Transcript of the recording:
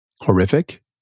horrific